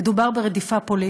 מדובר ברדיפה פוליטית.